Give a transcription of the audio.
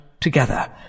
together